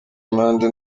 amande